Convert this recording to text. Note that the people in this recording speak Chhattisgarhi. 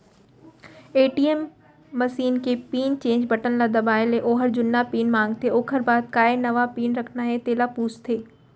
ए.टी.एम मसीन के पिन चेंज बटन ल दबाए ले ओहर जुन्ना पिन मांगथे ओकर बाद काय नवा पिन रखना हे तेला पूछथे